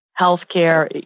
healthcare